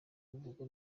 uvuga